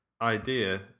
idea